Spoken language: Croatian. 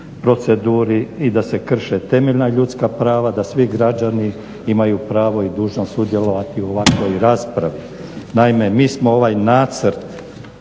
proceduri i da se krše temeljna ljudska prava, da svi građani imaju pravo i dužnost sudjelovati u ovakvoj raspravi. Naime, mi smo ovaj nacrt